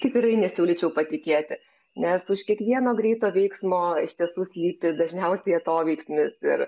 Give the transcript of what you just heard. tikrai nesiūlyčiau patikėti nes už kiekvieno greito veiksmo iš tiesų slypi dažniausiai atoveiksmis ir